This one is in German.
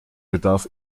bedarf